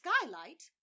skylight